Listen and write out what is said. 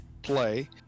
play